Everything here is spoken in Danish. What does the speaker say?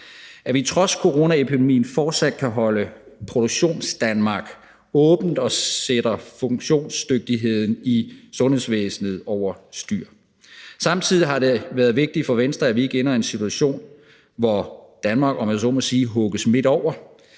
at vi trods coronaepidemien fortsat kunne holde Produktionsdanmark åbent og ikke sætte funktionsdygtigheden i sundhedsvæsenet over styr. Samtidig har det været vigtigt for Venstre, at vi ikke ender i en situation, hvor Danmark, om jeg så må sige, hugges midt over.